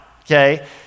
okay